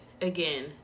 again